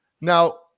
Now